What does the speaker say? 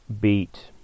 beat